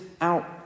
out